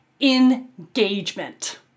engagement